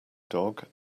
dog